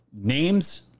names